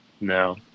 No